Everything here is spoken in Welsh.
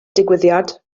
digwyddiad